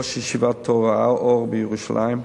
ראש ישיבת "תורה אור" בירושלים.